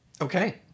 Okay